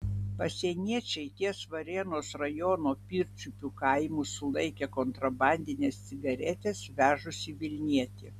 pasieniečiai ties varėnos rajono pirčiupių kaimu sulaikė kontrabandines cigaretes vežusį vilnietį